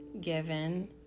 given